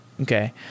Okay